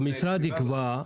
שהמשרד יקבע.